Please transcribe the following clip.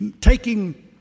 taking